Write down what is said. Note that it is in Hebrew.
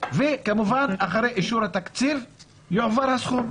וכמובן אחרי אישור התקציב יועבר הסכום.